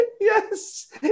Yes